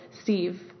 Steve